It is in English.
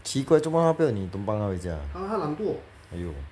奇怪为什么他不要你 tobang 他回家 !aiyo!